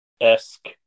esque